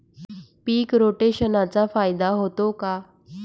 पीक रोटेशनचा फायदा होतो का?